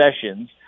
sessions